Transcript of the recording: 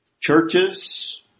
churches